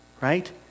right